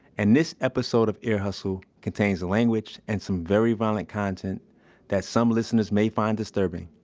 and this episode of ear hustle contains language and some very violent content that some listeners may find disturbing.